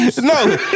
No